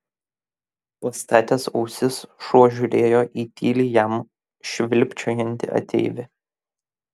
pastatęs ausis šuo žiūrėjo į tyliai jam švilpčiojantį ateivį